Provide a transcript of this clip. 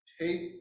take